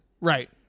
Right